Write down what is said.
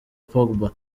pogba